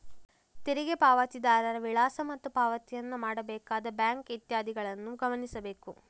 ತೆರಿಗೆ ಪಾವತಿದಾರರ ವಿಳಾಸ ಮತ್ತು ಪಾವತಿಯನ್ನು ಮಾಡಬೇಕಾದ ಬ್ಯಾಂಕ್ ಇತ್ಯಾದಿಗಳನ್ನು ಗಮನಿಸಬೇಕು